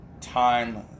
time